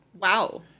Wow